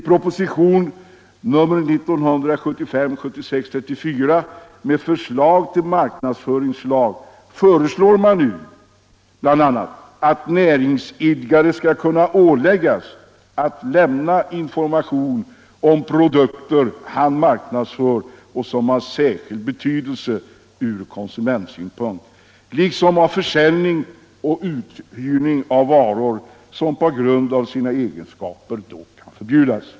Propositionen 1975/76:34 med förslag till marknadsföringslag innebär nu bl.a. att näringsidkare skall kunna åläggas att lämna information om produkter som han marknadsför och som har särskild betydelse från konsumentsynpunkt, liksom om försäljning och uthyrning av varor, som på grund av sina egenskaper kan förbjudas.